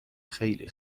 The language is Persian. خیلی